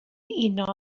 uno